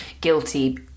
guilty